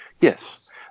Yes